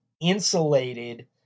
insulated